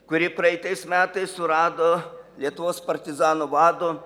kuri praeitais metais surado lietuvos partizanų vado